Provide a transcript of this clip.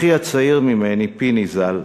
אחי הצעיר ממני, פיני ז"ל,